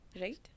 right